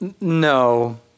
no